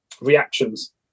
reactions